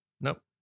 Nope